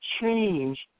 change